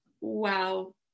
Wow